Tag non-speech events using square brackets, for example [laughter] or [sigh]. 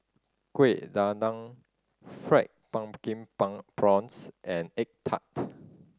Kueh Dadar fried pumpkin [unintelligible] prawns and egg tart